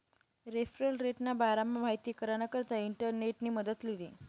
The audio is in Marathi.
रेफरल रेटना बारामा माहिती कराना करता इंटरनेटनी मदत लीधी